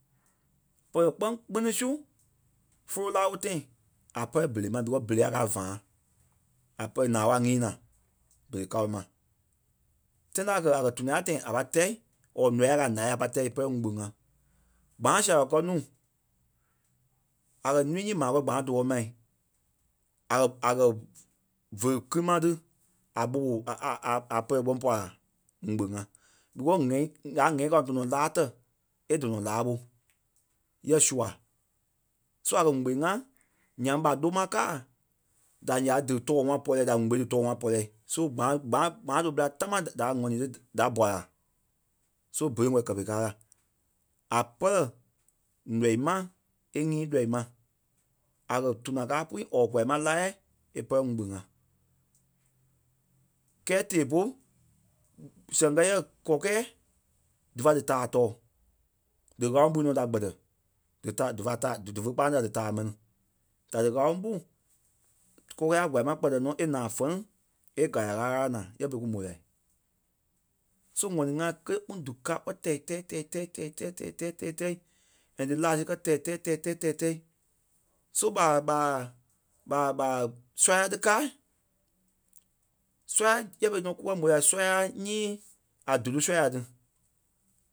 pele-kpɛ̂ kpini su fólo la ɓo tãi a pɛlɛ bere ma becasue bere a kɛ̀ a vãá. A pe naa ɓé a nyîi naa bere kao ma. Tãi ta a kɛ̀ a kɛ̀ tuna ya tãi a pâi tɛ̀ or nɔii a kɛ̀ a ǹáɣɛɛ a pai tɛ̀ e pɛlɛ ŋugbe-ŋa. Gbana sale kɛ́ nuu a kɛ̀ núu nyii ma kɔ gbana tɔɔ̂i ma a kɛ̀ a kɛ̀ ve kima ti a ɓɔbɔ a- a- a- a- pɛlɛ kpɔŋ pɔra ŋugbe-ŋa because ŋ̀ɛ́i gaa ŋ̀ɛ́i kao tɔnɔ laa tɛi e dɔnɔ laa ɓo yɛ sua. So a kɛ̀ ŋugbe-ŋa nyaŋ ɓa loma káa da nyaa dí tɔɔ ma pɔriɛ̂ɛ da ŋugbe dí tɔɔ ma pɔriɛ̂ɛ so gbaaŋ- gbana- gbana tóo ɓela tamaa da- da ŋ̀ɔni tí da bɔra. So bere wɔ̀ kɛ pere káa la. A pɛlɛ nɔii ma e nyii lɔii ma. A kɛ̀ tuna káa pui or kwaa ma láɣɛɛ e pɛlɛ ŋugbe-ŋa. Kɛɛ tɛɛ bôlu sɛŋ kɛ yɛ kɔkɛ̂ɛ dífa dí taa tɔɔ dí ŋ̀áloŋ pui nɔ da kpɛtɛ dí ta dífa ta dífe kpâanii a dí taa mɛni. Da dí ŋáloŋ pú kɔkɛ̂ɛ a kwaa ma kpɛtɛ nɔ e naa fɛleŋ e gala ɣála-ɣala naa yɛ berei kú mò lai. So ŋ̀ɔni ŋai kélee kpîŋ dikaa kpɔ́ tɛi tɛi tɛi tɛi tɛi tɛi tɛi tɛi tɛi tɛi and dí la di kɛ tɛi tɛi tɛi tɛi tɛi tɛi. So ɓa- ɓaa- ɓa- ɓaa sɔ́ya tí kâa. Sɔ́ya yɛ berei nɔ kukɛ môi la sɔ́ya nyii a dudu sɔ́ya ti.